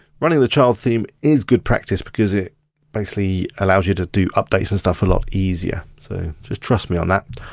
running the child theme is good practise, because it basically allows you to do updates and stuff a lot easier, so just trust me on that.